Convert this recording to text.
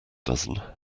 dozen